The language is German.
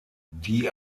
die